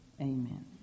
Amen